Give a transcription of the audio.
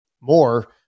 more